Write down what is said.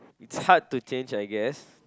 it's hard to change I guess